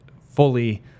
fully